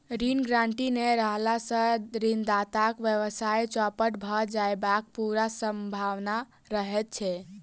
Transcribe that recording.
ऋण गारंटी नै रहला सॅ ऋणदाताक व्यवसाय चौपट भ जयबाक पूरा सम्भावना रहैत छै